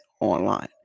online